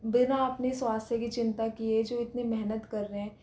बिना अपने स्वास्थ्य की चिंता किए जो इतनी मेहनत कर रहे हैं